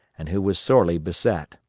and who was sorely beset.